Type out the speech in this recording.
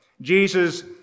Jesus